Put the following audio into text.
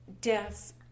deaths